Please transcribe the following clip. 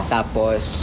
Tapos